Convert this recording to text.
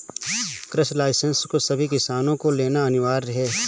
कृषि लाइसेंस को सभी किसान को लेना अनिवार्य है